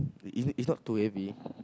is is not too heavy